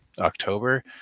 october